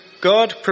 God